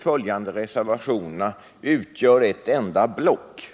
följande tre reservationerna utgör ett enda block.